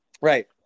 Right